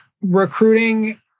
recruiting